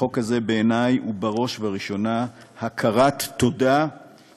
בעיני החוק הזה הוא בראש וראשונה הכרת טובה